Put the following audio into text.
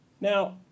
Now